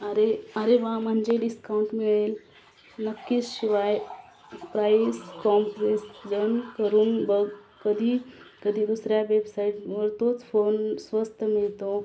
अरे अरे वा म्हणजे डिस्काउंट मिळेल नक्कीच शिवाय प्राईस कॉम्प्लेजन करून बघ कधी कधी दुसऱ्या वेबसाईटवर तोच फोन स्वस्त मिळतो